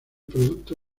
producto